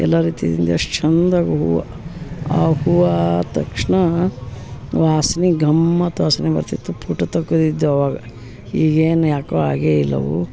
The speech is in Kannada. ಎಲ್ಲ ರೀತಿದಿಂದ ಎಷ್ಟು ಚಂದಾಗಿ ಹೂವು ಆ ಹೂವಾದ ತಕ್ಷಣ ವಾಸ್ನೆ ಗಮ್ಮತ್ತು ವಾಸ್ನೆ ಬರ್ತಿತ್ತು ಪೋಟೋ ತಕೊದಿದ್ದೆ ಅವಾಗ ಈಗೇನು ಯಾಕೋ ಆಗೇ ಇಲ್ಲ ಹೂವು